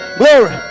glory